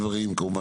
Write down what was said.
רגע,